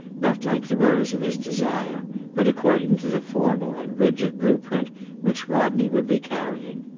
not like the rose of his desire but according to the formal and rigid blueprint which rodney would be carrying.